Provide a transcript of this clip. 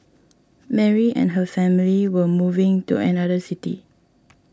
Mary and her family were moving to another city